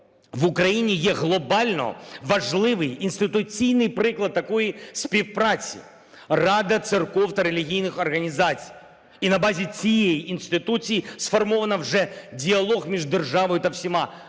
В Україні є глобально важливий інституційний приклад такої співпраці – Рада церков та релігійних організацій. І на базі цієї інституції сформовано вже діалог між державою та всіма